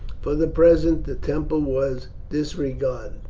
for the present the temple was disregarded.